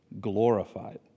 glorified